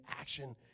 action